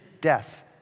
death